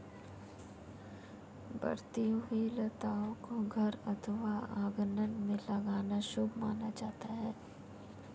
बढ़ती हुई लताओं को घर अथवा आंगन में लगाना शुभ माना जाता है